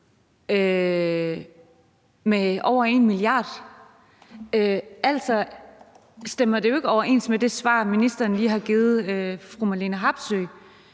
med over 1 mia. kr. Altså stemmer det ikke overens med det svar, ministeren lige har givet fru Marlene Harpsøe.